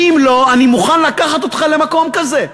ואם לא, אני מוכן לקחת אותך למקום כזה,